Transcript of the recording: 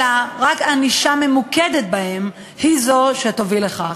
אלא רק ענישה ממוקדת בהם היא זו שתוביל לכך.